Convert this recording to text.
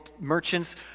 merchants